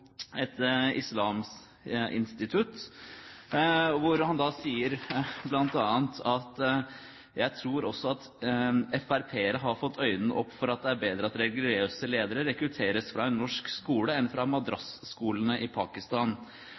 et islamsk institutt, hvor han bl.a. sier: «Jeg tror også at Frp-erne har fått øynene opp for at det er bedre at religiøse ledere rekrutteres fra en norsk skole enn fra madrasskolene i Pakistan».